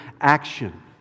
action